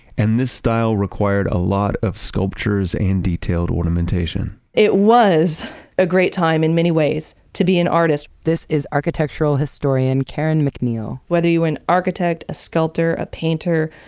and this style required a lot of sculptures and detailed ornamentation. it was a great time in many ways to be an artist. this is architectural historian karen mcneil. whether you're an architect, a sculptor, a painter,